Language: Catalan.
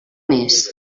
més